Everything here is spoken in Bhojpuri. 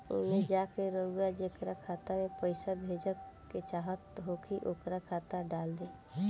एईमे जा के रउआ जेकरा खाता मे पईसा भेजेके चाहत होखी ओकर खाता डाल दीं